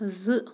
زٕ